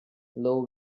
low